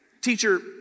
Teacher